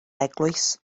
eglwys